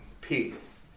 peace